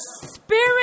spirit